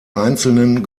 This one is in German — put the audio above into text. einzelnen